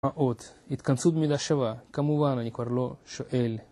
מה עוד? התכנסות מידה שווה, כמובן אני כבר לא שואל.